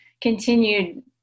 continued